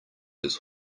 his